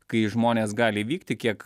kai žmonės gali vykti kiek